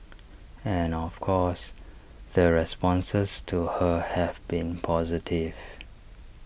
and of course the responses to her have been positive